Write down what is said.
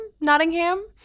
Nottingham